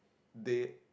they